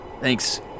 Thanks